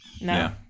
No